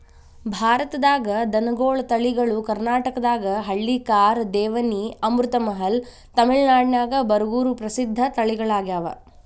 ಭಾರತದಾಗ ದನಗೋಳ ತಳಿಗಳು ಕರ್ನಾಟಕದಾಗ ಹಳ್ಳಿಕಾರ್, ದೇವನಿ, ಅಮೃತಮಹಲ್, ತಮಿಳನಾಡಿನ್ಯಾಗ ಬರಗೂರು ಪ್ರಸಿದ್ಧ ತಳಿಗಳಗ್ಯಾವ